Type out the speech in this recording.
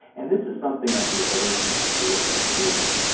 and this is something i do every semester with my students,